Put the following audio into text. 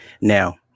Now